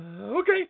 Okay